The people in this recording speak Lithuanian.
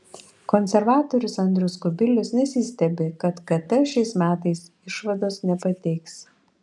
konservatorius andrius kubilius nesistebi kad kt šiais metais išvados nepateiks